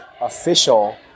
official